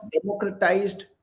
democratized